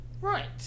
Right